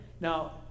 Now